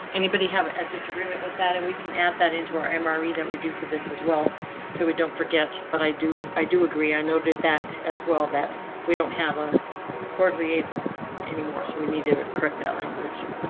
anybody have a disagreement with that? and we can add that into our emery that we do for this as well so we don't forget, but i do. i do agree. i noted that as well that we don't have a word liaison anymore, so we need to correct that language.